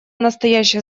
настоящее